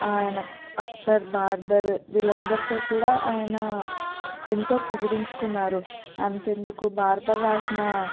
ఆయన అక్బర్ బార్బర్ వీళ్ళందరితో కూడా ఆయన ఎంతో పొగిడించుకున్నారు అంతెందుకు బార్బర్ రాసిన